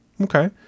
Okay